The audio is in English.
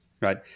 Right